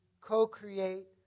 co-create